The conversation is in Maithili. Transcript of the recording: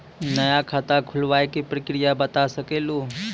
नया खाता खुलवाए के प्रक्रिया बता सके लू?